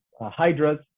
hydras